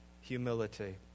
humility